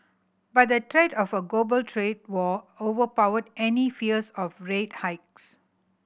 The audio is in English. but the threat of a global trade war overpowered any fears of rate hikes